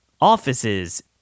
offices